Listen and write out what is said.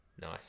Nice